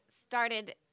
started